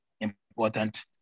important